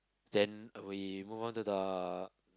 then we move on to the